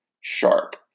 sharp